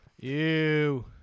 Ew